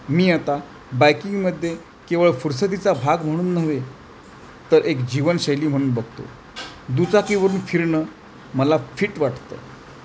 मी आता बायकिंगमध्ये केवळ फुरसतीचा भाग म्हणून नव्हे तर एक जीवनशैली म्हणून बघतो दुचाकीवरून फिरणं मला फिट वाटतं